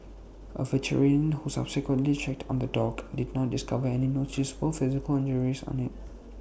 A veterinarian who subsequently checked on the dog did not discover any noticeable physical injuries on IT